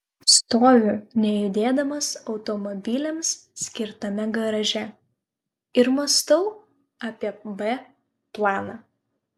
stoviu nejudėdamas automobiliams skirtame garaže ir mąstau apie b planą